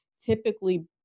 typically